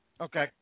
Okay